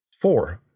four